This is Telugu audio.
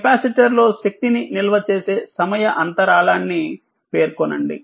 కెపాసిటర్లో శక్తిని నిల్వ చేసే సమయ అంతరాళాన్ని పేర్కొనండి